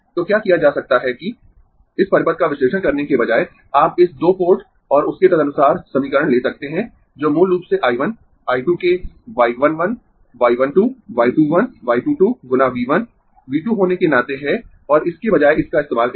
तो क्या किया जा सकता है कि इस परिपथ का विश्लेषण करने के बजाय आप इस दो पोर्ट और उसके तदनुसार समीकरण ले सकते है जो मूल रूप से I 1 I 2 के y 1 1 y 1 2 y 2 1 y 2 2 गुना V 1 V 2 होने के नाते है और इसके बजाय इसका इस्तेमाल करें